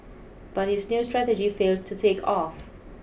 but his new strategy failed to take off